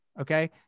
Okay